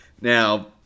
Now